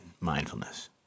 mindfulness